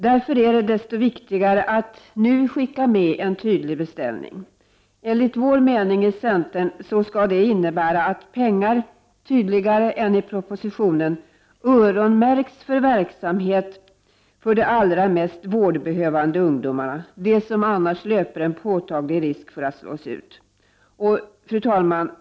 Därför är det desto viktigare att nu skicka med en tydlig beställning. Enligt centerns mening skall den innebära att pengar, tydligare än som föreslås i propositionen, öronmärks för verksamhet för de allra mest vårdbehövande ungdomarna, de som annars löper påtaglig risk att slås ut. Fru talman!